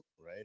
right